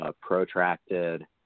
protracted